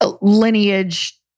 lineage